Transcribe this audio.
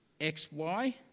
XY